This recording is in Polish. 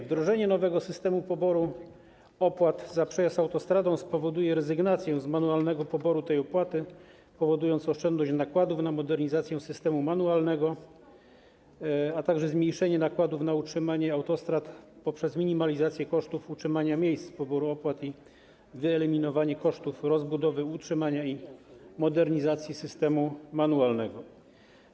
Wdrożenie nowego systemu poboru opłat za przejazd autostradą spowoduje rezygnację z manualnego poboru tych opłat, powodując oszczędność nakładów na modernizację systemu manualnego, a także zmniejszenie nakładów na utrzymanie autostrad poprzez minimalizację kosztów utrzymania miejsc poboru opłat i wyeliminowanie kosztów rozbudowy, utrzymania i modernizacji systemu manualnego.